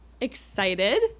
excited